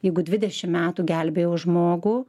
jeigu dvidešimt metų gelbėjau žmogų